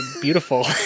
beautiful